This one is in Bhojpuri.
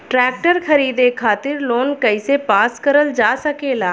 ट्रेक्टर खरीदे खातीर लोन कइसे पास करल जा सकेला?